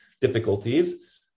difficulties